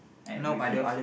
and with an axe